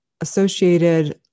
associated